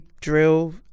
drill